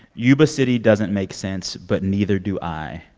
yuba city doesn't make sense, but neither do i.